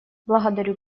благодарю